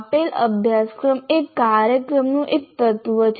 આપેલ અભ્યાસક્રમ એ કાર્યક્રમનું એક તત્વ છે